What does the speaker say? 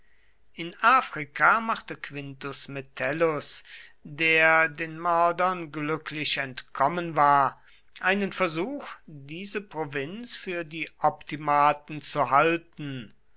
in africa machte quintus metellus der den mördern glücklich entkommen war einen versuch diese provinz für die optimaten zu halten